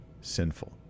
sinful